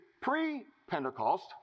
pre-Pentecost